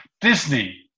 Disney